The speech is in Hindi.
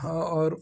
हाँ और